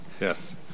yes